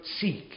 seek